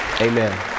Amen